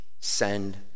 send